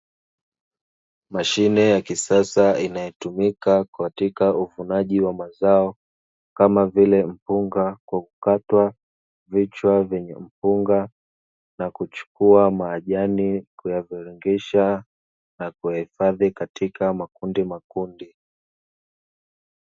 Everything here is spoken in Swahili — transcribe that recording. Mashine ya kisasa inayotumika katika uvunaji wa mazao kama vile mpunga, kwa kukatwa vichwa vyenye mpunga na kuchukua majani kuyaviringisha, na kuyahifadhi katika makundumakundi.